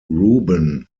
ruben